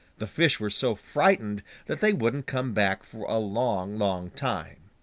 the fish were so frightened that they wouldn't come back for a long, long time.